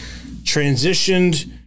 transitioned